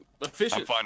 efficient